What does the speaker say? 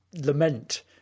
lament